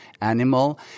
animal